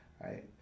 right